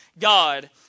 God